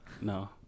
no